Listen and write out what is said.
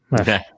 Okay